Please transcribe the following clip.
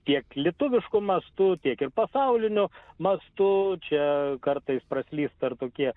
tiek lietuvišku mastu tiek ir pasauliniu mastu čia kartais praslysta ir tokie